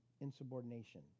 insubordination